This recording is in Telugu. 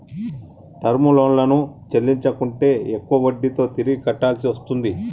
టర్మ్ లోన్లను చెల్లించకుంటే ఎక్కువ వడ్డీతో తిరిగి కట్టాల్సి వస్తుంది